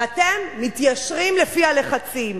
ואתם מתיישרים לפי הלחצים.